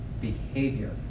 behavior